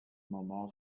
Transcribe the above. murmur